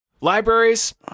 libraries